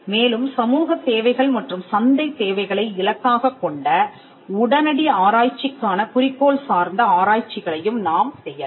மேலும் சமூக தேவைகள் மற்றும் சந்தை தேவைகளை இலக்காகக் கொண்ட உடனடி ஆராய்ச்சிக்கான குறிக்கோள் சார்ந்த ஆராய்ச்சிகளையும் நாம் செய்யலாம்